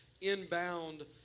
inbound